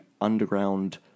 underground